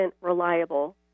reliable